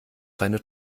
seine